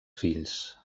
fills